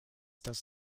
does